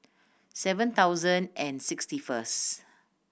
seven thousand and sixty first